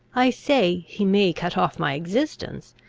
i say, he may cut off my existence,